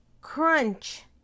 crunch